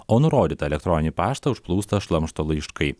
o nurodytą elektroninį paštą užplūsta šlamšto laiškai